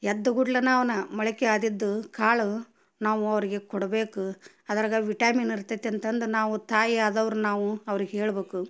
ಎದ್ದ ಕೂಡ್ಲನ ಅವನ್ನ ಮೊಳಕೆ ಆದಿದ್ದು ಕಾಳು ನಾವು ಅವ್ರಿಗೆ ಕೊಡಬೇಕು ಅದರಾಗ ವಿಟ್ಯಾಮಿನ್ ಇರ್ತೈತಿ ಅಂತಂದು ನಾವು ತಾಯಿ ಆದವರು ನಾವು ಅವ್ರಿಗೆ ಹೇಳಬೇಕು